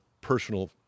personal